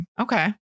Okay